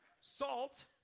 Salt